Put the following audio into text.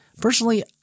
Personally